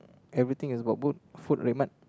everything is about boot food RedMart